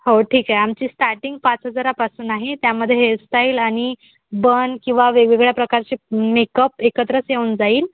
हो ठीक आहे आमची स्टार्टिंग पाच हजारापासून आहे त्यामध्ये हेअरस्टाईल आणि बन किंवा वेगवेगळ्या प्रकारचे मेकअप एकत्रच येऊन जाईल